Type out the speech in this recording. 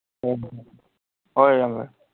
ꯍꯣꯏ ꯏꯌꯥꯝꯕ